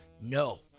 no